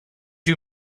you